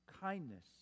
kindness